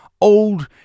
old